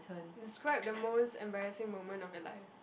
describe the most embarrassing moment of your life